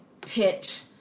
pit